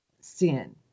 sin